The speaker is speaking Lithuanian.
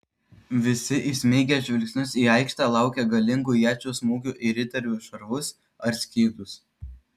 visi įsmeigę žvilgsnius į aikštę laukė galingų iečių smūgių į riterių šarvus ar skydus